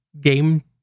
game